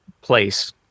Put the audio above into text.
place